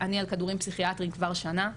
"אני על כדורים פסיכיאטריים כבר שנה,